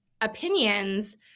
opinions